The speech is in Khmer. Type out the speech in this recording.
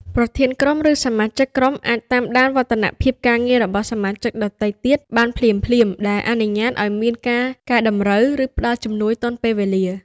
ប្រធានក្រុម ឬសមាជិកក្រុមអាចតាមដានវឌ្ឍនភាពការងាររបស់សមាជិកដទៃទៀតបានភ្លាមៗ ដែលអនុញ្ញាតឲ្យមានការកែតម្រូវ ឬផ្តល់ជំនួយទាន់ពេលវេលា។